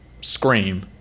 Scream